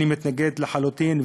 אני מתנגד לחלוטין,